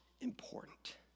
important